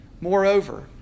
Moreover